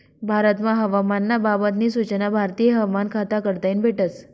भारतमा हवामान ना बाबत नी सूचना भारतीय हवामान खाता कडताईन भेटस